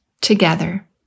together